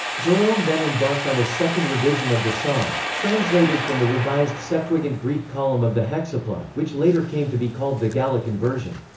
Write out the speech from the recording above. jerome then embarked on a second revision of the psalms, translated from the revised septuagint greek column of the hexapla, which later came to be called the gallican version.